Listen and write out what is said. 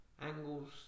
angles